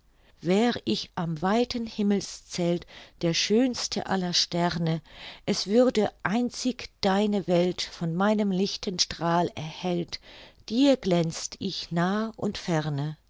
wär ich am weiten himmelszelt der schönste aller sterne es würde einzig deine welt von meinem lichten strahl erhellt dir glänzt ich nah und ferne